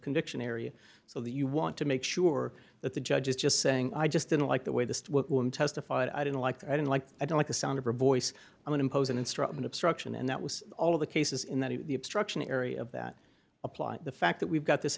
conviction area so that you want to make sure that the judge is just saying i just didn't like the way this one testified i don't like i don't like i don't like the sound of her voice i would impose an instrument obstruction and that was all of the cases in that the obstruction area of that apply the fact that we've got this